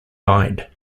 died